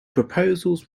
proposals